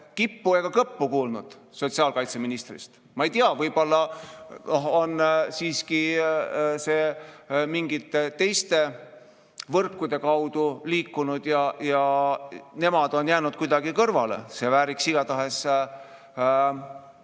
kippu ega kõppu kuulnud sotsiaalkaitseministrist. Ma ei tea, võib-olla on siiski see mingite teiste võrkude kaudu liikunud ja nemad on jäänud kuidagi kõrvale. See vääriks igatahes